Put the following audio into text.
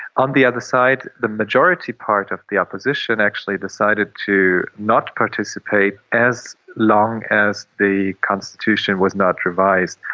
on the other side, the majority part of the opposition actually decided to not participate as long as the constitution was not revised.